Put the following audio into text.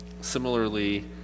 similarly